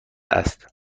است